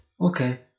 okay